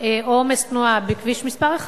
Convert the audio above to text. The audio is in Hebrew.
או עומס תנועה בכביש 1,